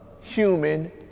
human